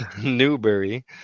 Newbury